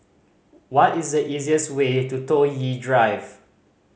what is the easiest way to Toh Yi Drive